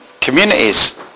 communities